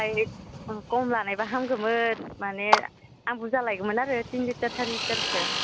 बाहाय खम लानायबा हामगौमोन माने आं बुरजा लाइगौमोन आरो थिन लिटार सारि लिटारसो